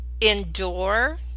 endure